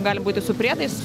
gali būti su priedais